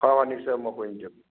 হয় হয় নিশ্চয় মই কৰিম দিয়ক